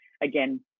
again